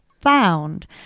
found